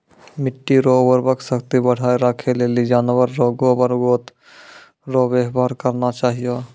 मिट्टी रो उर्वरा शक्ति बढ़ाएं राखै लेली जानवर रो गोबर गोत रो वेवहार करना चाहियो